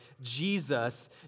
Jesus